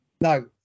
No